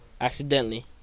accidentally